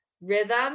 Rhythm